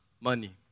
money